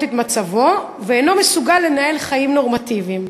את מצבו ואינו מסוגל לנהל חיים נורמטיביים.